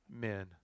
men